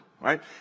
right